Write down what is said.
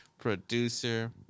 producer